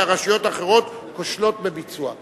כשהרשויות האחרות כושלות בביצוען.